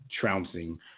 trouncing